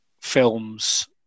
films